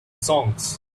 songs